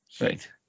Right